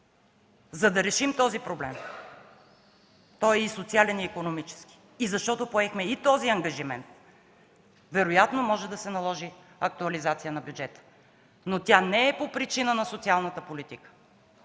За да решим този проблем – той е и социален, и икономически, и защото поехме и този ангажимент, вероятно може да се наложи актуализация на бюджета, но тя не е по причина на социалната политика,